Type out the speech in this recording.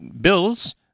bills